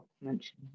mention